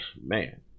Man